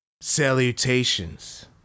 Salutations